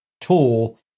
tool